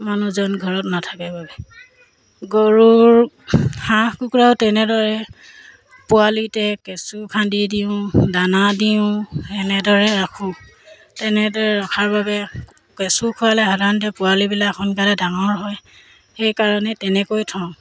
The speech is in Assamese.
মানুহজন ঘৰত নাথাকে বাবে গৰুৰৰ হাঁহ কুকুৰাও তেনেদৰে পোৱালিতে কেঁচু খান্দি দিওঁ দানা দিওঁ এনেদৰে ৰাখোঁ তেনেদৰে ৰখাৰ বাবে কেঁচু খোৱালে সাধাৰণতে পোৱালিবিলাক সোনকালে ডাঙৰ হয় সেইকাৰণে তেনেকৈ থওঁ